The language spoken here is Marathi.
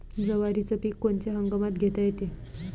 जवारीचं पीक कोनच्या हंगामात घेता येते?